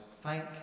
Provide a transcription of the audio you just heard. Thank